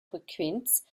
frequenz